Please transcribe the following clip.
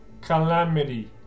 calamity